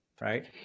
right